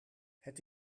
het